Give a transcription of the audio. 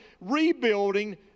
rebuilding